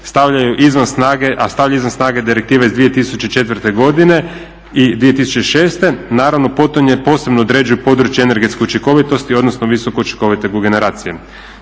stavljaju izvan snage direktive iz 2004.godine i 2006. Naravno potonje posebno određuju područje energetske učinkovitosti odnosno visokoučinkovite kogeneracije.